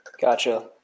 Gotcha